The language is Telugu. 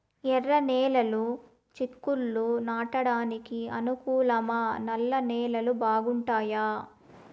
ఎర్రనేలలు చిక్కుళ్లు నాటడానికి అనుకూలమా నల్ల నేలలు బాగుంటాయా